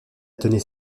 tenait